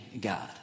God